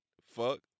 fuck